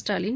Stalin